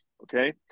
okay